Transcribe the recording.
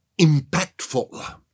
impactful